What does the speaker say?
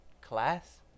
class